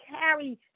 carry